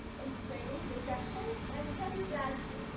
entertaining this session and tell you that